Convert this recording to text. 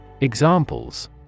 Examples